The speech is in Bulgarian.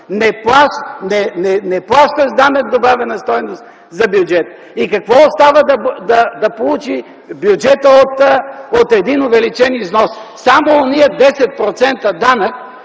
не плащаш данък добавена стойност за бюджета. И какво остава да получи бюджета от един увеличен износ – само онези 10 % данък,